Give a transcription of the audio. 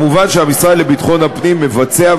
מובן שהמשרד לביטחון הפנים מבצע,